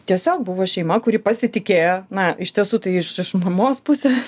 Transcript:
tiesiog buvo šeima kuri pasitikėjo na iš tiesų tai iš iš mamos pusės